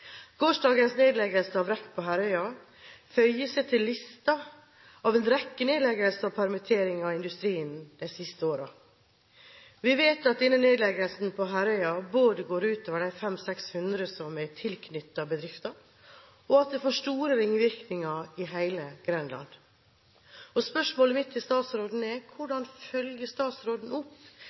av en rekke nedleggelser og permitteringer i industrien de siste årene. Vi vet at denne nedleggelsen på Herøya både går ut over de 500–600 som er tilknyttet bedriften, og at det får store ringvirkninger i hele Grenland. Spørsmålet mitt til statsråden er: Hvordan følger statsråden opp